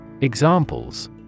Examples